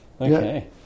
okay